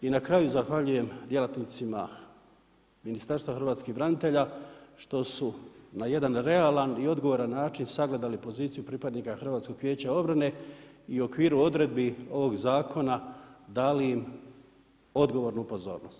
I na kraju zahvaljujem djelatnicima Ministarstva hrvatskih branitelja što su na jedan realan i odgovoran način sagledali poziciju pripadnika HVO-a i u okviru odredbi ovog zakona dali im odgovornu pozornost.